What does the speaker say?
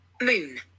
Moon